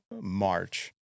March